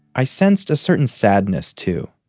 i sensed a certain sadness too.